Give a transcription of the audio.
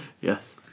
Yes